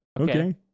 Okay